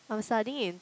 I'm studying in